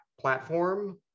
platform